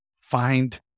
find